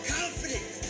confident